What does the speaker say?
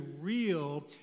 real